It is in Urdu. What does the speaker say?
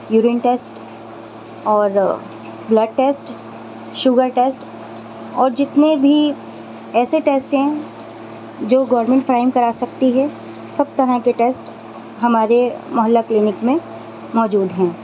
یورین ٹسٹ اور بلڈ ٹسٹ شوگر ٹسٹ اور جتنے بھی ایسے ٹسٹ ہیں جو گورنمنٹ فراہم کرا سکتی ہے سب طرح کے ٹسٹ ہمارے محلہ کلینک میں موجود ہیں